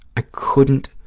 i couldn't.